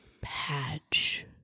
Patch